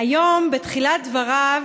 היום בתחילת דבריו,